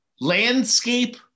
Landscape